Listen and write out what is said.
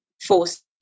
force